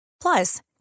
Plus